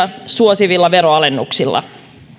suosivilla veronalennuksilla